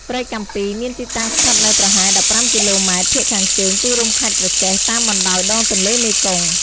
ព្រែកកាំពីមានទីតាំងស្ថិតនៅប្រហែល ១៥ គីឡូម៉ែត្រភាគខាងជើងទីរួមខេត្តក្រចេះ តាមបណ្តោយដងទន្លេមេគង្គ ។